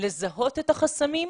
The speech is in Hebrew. לזהות את החסמים,